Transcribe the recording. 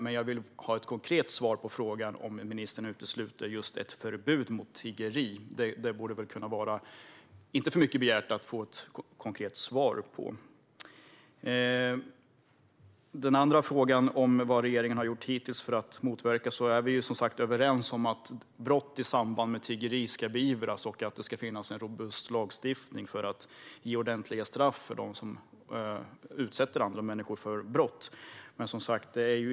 Men jag vill ha ett konkret svar på frågan om ministern utesluter just ett förbud mot tiggeri. Det borde inte vara för mycket begärt att få ett konkret svar på det. När det gäller den andra frågan, vad regeringen har gjort hittills för att motverka detta, är vi överens om att brott i samband med tiggeri ska beivras och att det ska finnas en robust lagstiftning för att ge dem som utsätter andra människor för brott ordentliga straff.